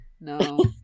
No